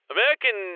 American